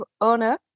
owner